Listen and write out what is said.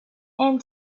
and